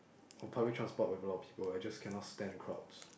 or public transport with a lot of people I just cannot stand crowds